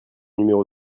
numéro